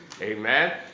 Amen